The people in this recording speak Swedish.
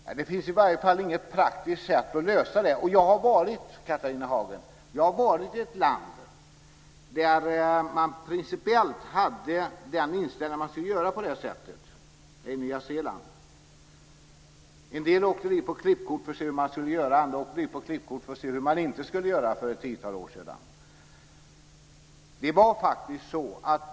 Fru talman! Det finns i varje fall inget praktiskt sätt att lösa det. Jag har varit, Catharina Hagen, i ett land där man principiellt hade den inställningen att tillåta det, i Nya Zeeland. En del åkte dit på klippkort för att se hur man skulle göra, en del åkte dit på klippkort för att se hur man inte skulle göra för ett tiotal år sedan.